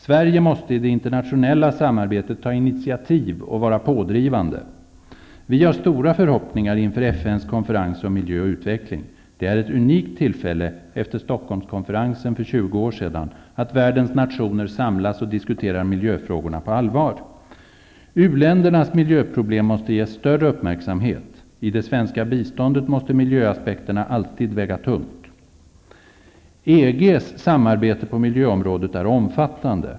Sverige måste i det internationella samarbetet ta initiativ och vara pådrivande. Vi har stora förhoppningar inför FN:s konferens om miljö och utveckling. Det är ett unikt tillfälle -- efter Stockholmskonferensen för 20 år sedan -- att världens nationer samlas och diskuterar miljöfrågorna på allvar. U-ländernas miljöproblem måste ges större uppmärksamhet. I det svenska biståndet måste miljöaspekterna alltid väga tungt. EG:s samarbete på miljöområdet är omfattande.